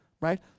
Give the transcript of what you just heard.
right